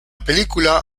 película